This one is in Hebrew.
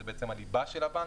זה הליבה של הבנק,